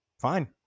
fine